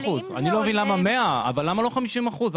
אני לא מבין למה 100 אבל למה לא 50 אחוזים?